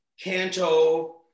Canto